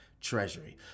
treasury